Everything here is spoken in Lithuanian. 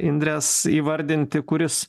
indrės įvardinti kuris